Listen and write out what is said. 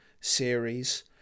series